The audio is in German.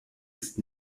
ist